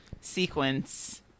sequence